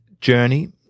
journey